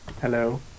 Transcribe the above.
hello